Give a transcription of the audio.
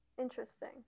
Interesting